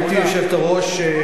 גברתי היושבת-ראש,